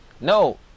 No